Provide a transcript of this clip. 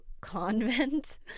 convent